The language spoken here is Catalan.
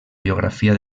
biografia